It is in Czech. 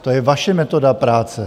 To je vaše metoda práce.